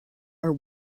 are